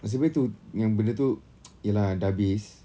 nasib baik tu yang benda tu ya lah dah habis